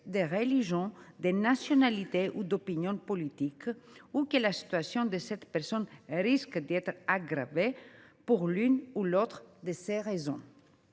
de religion, de nationalité ou d’opinions politiques ou que la situation de cette personne risque d’être aggravée pour l’une ou l’autre de ces raisons.